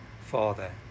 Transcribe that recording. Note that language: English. Father